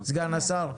סגן השר,